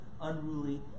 unruly